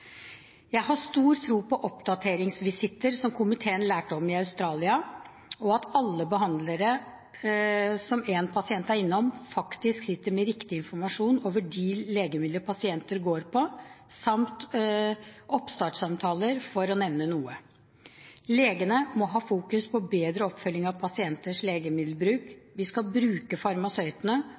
Jeg har stor tro på oppdateringsvisitter, som komiteen lærte om i Australia, og at alle behandlere som en pasient er innom, faktisk sitter med riktig informasjon om de legemidler pasienten går på, samt oppstartssamtaler, for å nevne noe. Legene må fokusere på bedre oppfølging av pasienters legemiddelbruk. Vi skal bruke farmasøytene,